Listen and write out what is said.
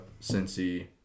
Cincy